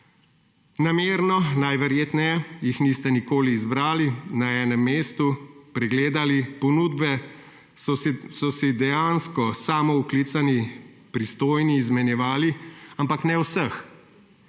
Namerno, najverjetneje, jih niste nikoli zbrali na enem mestu, pregledali. Ponudbe so si dejansko samooklicani pristojni izmenjevali, ampak ne vseh.